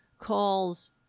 calls